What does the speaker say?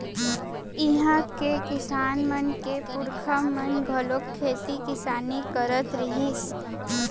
इहां के किसान मन के पूरखा मन घलोक खेती किसानी करत रिहिस